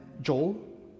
Joel